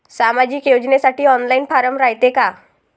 सामाजिक योजनेसाठी online form रायते का?